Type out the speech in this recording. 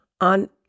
on